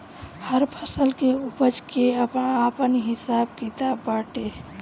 हर फसल के उपज के आपन हिसाब किताब बाटे